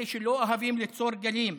אלה שלא אוהבים ליצור גלים,